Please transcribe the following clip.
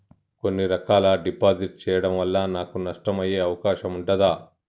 కొన్ని రకాల డిపాజిట్ చెయ్యడం వల్ల నాకు నష్టం అయ్యే అవకాశం ఉంటదా?